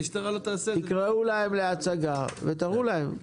תקראו להם להצגה ותראו להם.